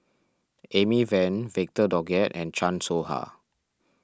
Amy Van Victor Doggett and Chan Soh Ha